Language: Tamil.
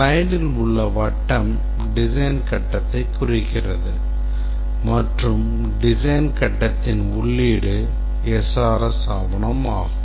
ஸ்லைடில் உள்ள வட்டம் design கட்டத்தை குறிக்கிறது மற்றும் design கட்டத்தின் உள்ளீடு SRS ஆவணம் ஆகும்